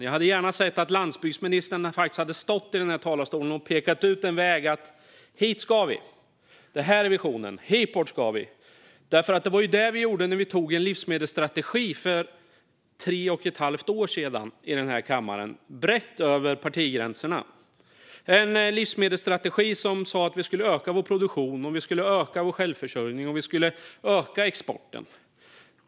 Jag hade gärna sett att landsbygdsministern hade stått i denna talarstol och pekat ut en väg: Hit ska vi, det här är visionen! Det var vad vi gjorde när vi antog en livsmedelsstrategi för tre och ett halvt år sedan i denna kammare, brett över partigränserna. Det var en livsmedelsstrategi som sa att vi skulle öka vår produktion, öka vår självförsörjning och öka exporten.